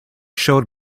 showed